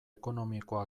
ekonomikoa